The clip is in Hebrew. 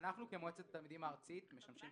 כמועצת התלמידים הארצית אנחנו משמשים